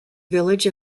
village